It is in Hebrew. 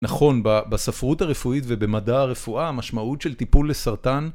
נכון, בספרות הרפואית ובמדע הרפואה המשמעות של טיפול לסרטן